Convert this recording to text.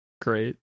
great